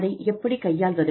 அதை எப்படிக் கையாள்வது